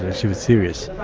ah she was serious.